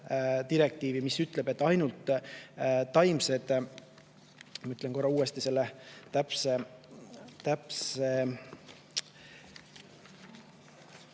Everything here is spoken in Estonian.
direktiivi, mis ütleb, et ainult taimsed … Ütlen korra uuesti selle täpse